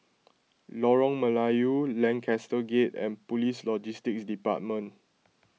Lorong Melayu Lancaster Gate and Police Logistics Department